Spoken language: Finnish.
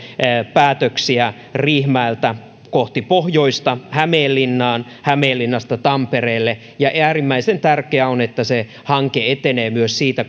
päätöksiä riihimäeltä kohti pohjoista hämeenlinnaan hämeenlinnasta tampereelle ja äärimmäisen tärkeää on se että se hanke etenee myös siitä